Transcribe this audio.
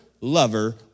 lover